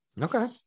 okay